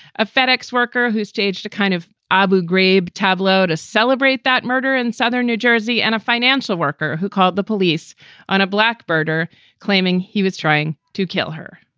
a fedex worker who staged a kind of abu ghraib tableau to celebrate that murder in southern new jersey, and a financial worker who called the police on a black birder claiming he was trying to kill her.